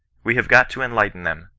we have got to enlighten them,